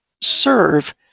serve